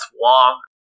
Wong